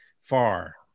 far